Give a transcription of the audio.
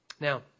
Now